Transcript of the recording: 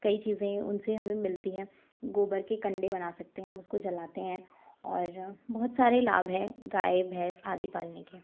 कई चीज़ें उनसे हमें मिलती हैं गोबर के कंडे बना सकते हैं उसको हम जलाते हैं और बहुत सारे लाभ है गाय भैंस आदि पालने के